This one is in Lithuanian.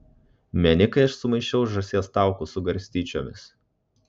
meni kai aš sumaišiau žąsies taukus su garstyčiomis